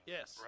Yes